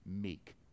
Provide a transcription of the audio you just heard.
meek